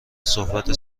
صحبت